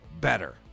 better